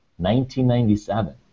1997